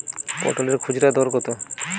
পটলের খুচরা দর কত?